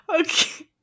Okay